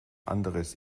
anderes